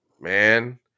man